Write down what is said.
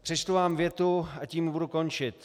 Přečtu vám větu a tím budu končit.